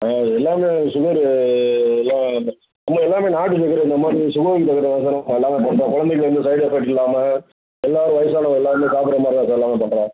ஆ எல்லாமே சுகரு எல்லாம் நம்ம எல்லாமே நாட்டு சக்கரை இந்த மாதிரி சுகருக்குத் தகுந்தது தான் சார் நம்ம எல்லாமே பண்ணுறோம் குழந்தைக்கு வந்து சைடு எஃபக்ட் இல்லாமல் எல்லாரும் வயசானவங்கள் எல்லாருமே சாப்பிட்ற மாதிரி தான் சார் நாங்கள் பண்ணுறோம்